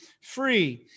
free